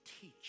teach